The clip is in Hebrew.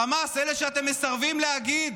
חמאס, אלה שאתם מסרבים להגיד